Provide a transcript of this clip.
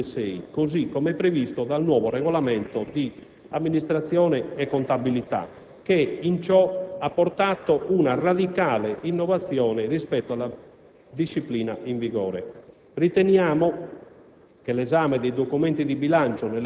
sia il rendiconto del bilancio 2006, così come previsto dal nuovo Regolamento di amministrazione e contabilità che in ciò ha portato una radicale innovazione rispetto alla disciplina in vigore. Riteniamo